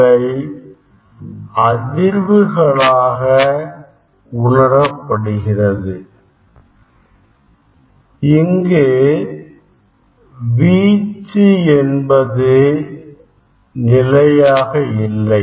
இவை அதிர்வுகளாக உணரப்படுகிறது இங்கு வீச்சு என்பது நிலையாக இல்லை